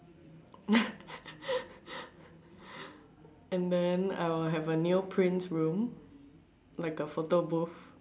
and then I would have a neoprint room like a photo booth